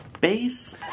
Base